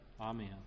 Amen